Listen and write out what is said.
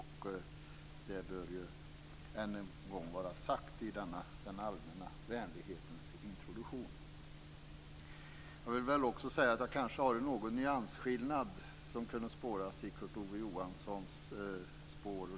Detta bör än en gång vara sagt i denna den allmänna vänlighetens introduktion. Kanske kunde en nyansskillnad skönjas i Kurt Ove Johanssons spår.